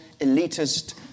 elitist